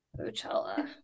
Coachella